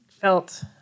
felt